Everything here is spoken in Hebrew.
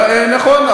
נכון,